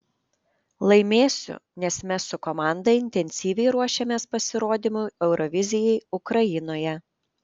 laimėsiu nes mes su komanda intensyviai ruošiamės pasirodymui eurovizijai ukrainoje